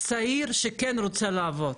צעיר שכן רוצה לעבוד.